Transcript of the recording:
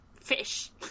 fish